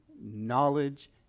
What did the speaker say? knowledge